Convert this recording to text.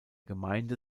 gemeinde